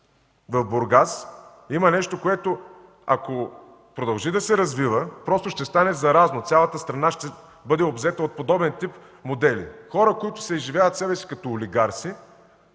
В Бургас има нещо, което, ако продължи да се развива, ще стане заразно. Цялата страна ще бъде обзета от подобен тип модели. Хора, които се изживяват като олигарси,